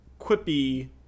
quippy